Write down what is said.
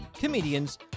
comedians